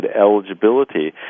eligibility